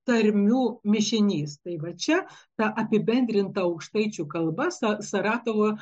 tarmių mišinys tai va čia ta apibendrinta aukštaičių kalba sa saratovo